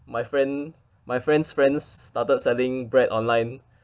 my friend my friend's friends started selling bread online